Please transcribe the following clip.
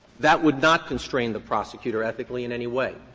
that would not constrain the prosecutor ethically in any way.